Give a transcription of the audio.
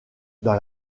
dans